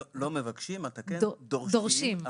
לא מבקשים, דורשים.